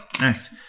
act